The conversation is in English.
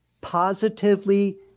positively